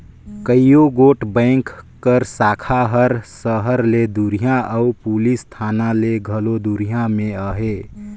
कइयो गोट बेंक कर साखा हर सहर ले दुरिहां अउ पुलिस थाना ले घलो दुरिहां में अहे